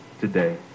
today